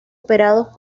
operados